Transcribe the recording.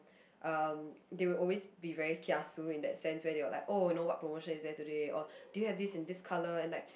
um they will always be very kiasu in that sense where they will like oh you know what promotion is there today or do you have this and this colour and like